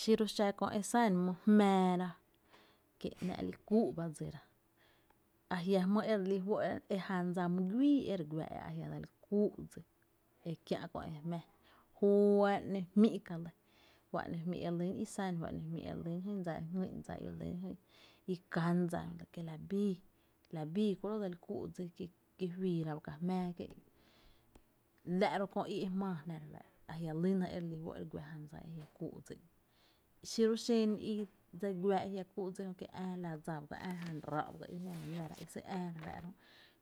Xiru xa köö e sán my jmáára, kie’ ‘nⱥ’ li kúu’ ba dsira, ajia’ jmýy re lí fó’ e jan dsa my güii e re guⱥ e jia’ dse li kúu’ dsí e kiä’ köö e jmⱥⱥ, juá’n ‘nó jmí’ ka lɇ, juá’n ‘no jmí’ re lýn i san juá’n ‘no jmí’ re lýn jyn dsa i jngÿ’n dsa i re lýn jyn dsa i ká’ dsa kie’ la bii la bíi kuro’ dse li kúu’ dsí ki juiira ba ka jmⱥⱥ kié’ la’ ro’ köö í’ e jmⱥⱥ jná re fáá’ra, a jia’ lyna ere lí fó’ e re gua jan dsa e jia’ kúú’ dsi, xiro xen i dse güa e jia’ kúú’ dsí jö kié’ ää la jan ráá’ ba i i jiama náára i sýy’ ää re fáá’ra